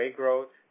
growth